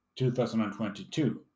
2022